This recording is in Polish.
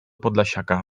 podlasiaka